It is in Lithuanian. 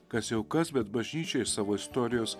kas jau kas bet bažnyčia iš savo istorijos